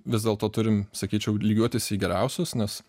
vis dėlto turim sakyčiau lygiuotis į geriausius nes